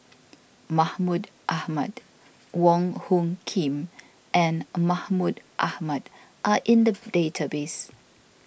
Mahmud Ahmad Wong Hung Khim and Mahmud Ahmad are in the database